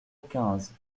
quinze